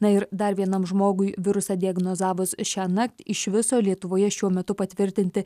na ir dar vienam žmogui virusą diagnozavus šiąnakt iš viso lietuvoje šiuo metu patvirtinti